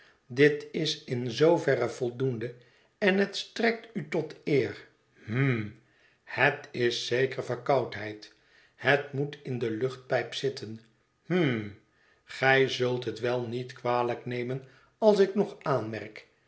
dit is in zooverre voldoende en het strekt u tot eer hm het is zeker verkoudheid het moet in de luchtpijp zitten hm gij zult het wel niet kwalijk nemen als ik nog aanmerk